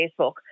Facebook